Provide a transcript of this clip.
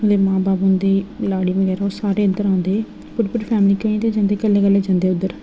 उं'दे मां ब'ब्ब उं'दी लाड़ी बगैरा ओह् सारे इद्धर आंदे पूरी पूरी फैमली केईं ते जंदे कल्ले कल्ले जन्दे उद्धर